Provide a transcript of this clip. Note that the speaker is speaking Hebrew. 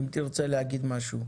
האם תרצה להגיד משהו?